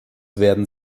werden